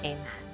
Amen